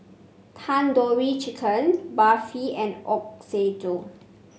Tandoori Chicken Barfi and Ochazuke